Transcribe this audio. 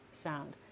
sound